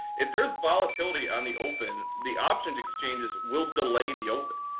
if there's volatility on the open, the options exchanges will delay the open.